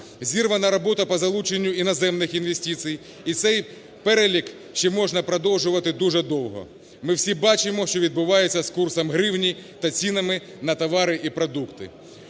зірвана робота по залученню іноземних інвестицій. І цей перелік ще можна продовжувати дуже довго. Ми всі бачимо, що відбувається з курсом гривні та цінами на товари і продукти.